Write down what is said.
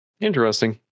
Interesting